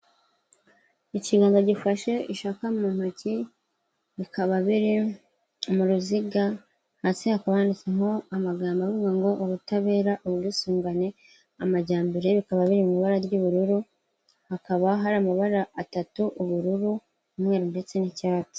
Ikiganza gifashe ishaka mu ntoki, bikaba biri mu ruziga, hasi akotsemo amagambo avuga ngo ubutabera, ubwisungane, amajyambere, bikaba biri mu ibara ry'ubururu, hakaba hari amabara atatu, ubururu, umweru, ndetse n'icyatsi.